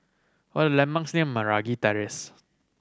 what the landmarks near Meragi Terrace